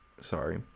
sorry